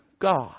God